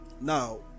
Now